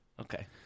Okay